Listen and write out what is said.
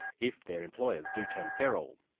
if their employers do turn feral.